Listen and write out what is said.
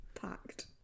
packed